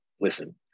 listen